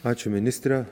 ačiū ministre